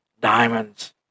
diamonds